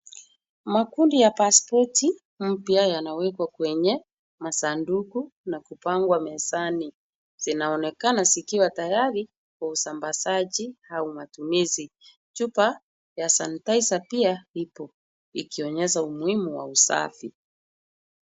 Makundi ya pasipoti mpya yanawekwa kwenye masanduku na kupangwa mezani. Zinaonekana zikiwa tayari kwa usambazaji au matumizi. Chupa ya sanitizer pia ipo, ikionyesha umuhimu wa usafi.